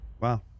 Wow